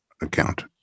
account